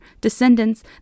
descendants